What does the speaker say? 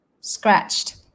scratched